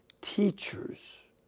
teachers